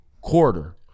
quarter